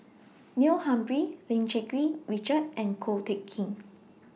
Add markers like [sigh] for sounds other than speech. [noise] Neil Humphreys Lim Cherng Yih Richard and Ko Teck Kin